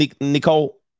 Nicole